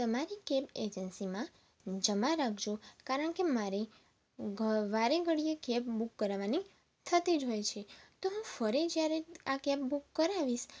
તમારી કૅબ એજન્સીમાં જમા રાખજો કારણકે મારે ઘ વારે ઘડીએ કેબ બૂક કરાવવાની થતી જ હોય છે તો હું ફરી જ્યારે આ કેબ બૂક કરાવીશ